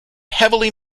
heavily